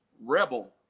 Rebel